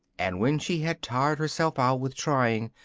and when she had tired herself out with trying,